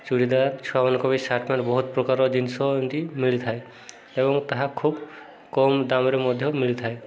ଚୁଡ଼ିଦାର୍ ଛୁଆମାନଙ୍କ ବିି ସାର୍ଟ ମାନ ବହୁତ ପ୍ରକାର ଜିନିଷ ଏମିତି ମିଳିଥାଏ ଏବଂ ତାହା ଖୁବ କମ୍ ଦାମରେ ମଧ୍ୟ ମିଳିଥାଏ